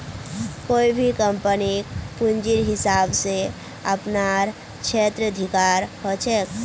कोई भी कम्पनीक पूंजीर हिसाब स अपनार क्षेत्राधिकार ह छेक